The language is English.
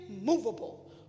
immovable